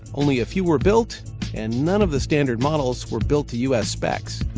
only a few were built and none of the standard models were built to u s. specs.